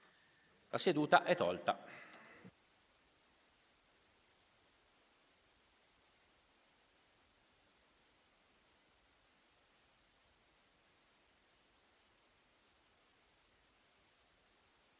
La seduta è tolta